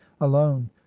alone